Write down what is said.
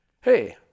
hey